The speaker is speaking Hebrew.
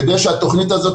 כדי שהתוכנית הזו,